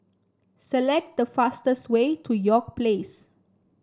select the fastest way to York Place